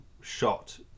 shot